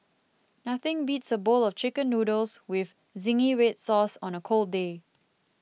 nothing beats a bowl of Chicken Noodles with Zingy Red Sauce on a cold day